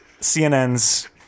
CNN's